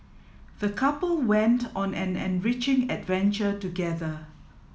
the couple went on an enriching adventure together